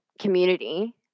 community